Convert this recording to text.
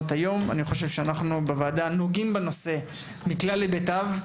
בדיוני הוועדה, נוגעים בנושא מכלל היבטיו,